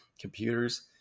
computers